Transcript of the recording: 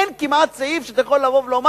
אין כמעט סעיף שאתה יכול לומר: